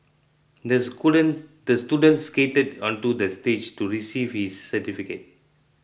the student the student skated onto the stage to receive his certificate